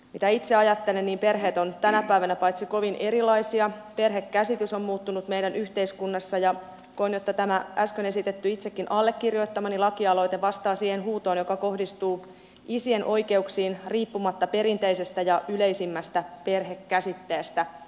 mitä itse ajattelen niin perheet ovat tänä päivänä kovin erilaisia perhekäsitys on muuttunut meidän yhteiskunnassamme ja koen että tämä äsken esitetty itsekin allekirjoittamani lakialoite vastaa siihen huutoon joka kohdistuu isien oikeuksiin riippumatta perinteisestä ja yleisimmästä perhekäsitteestä